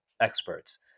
experts